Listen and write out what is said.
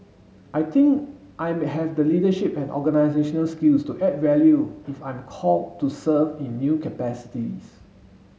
I think I may have the leadership and organisational skills to add value if I'm call to serve in new capacities